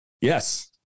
Yes